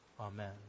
Amen